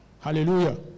Hallelujah